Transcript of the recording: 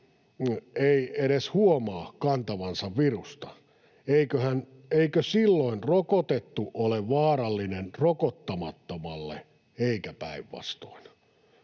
ei edes huomaa kantavansa virusta? Eikö silloin rokotettu ole vaarallinen rokottamattomalle eikä päinvastoin?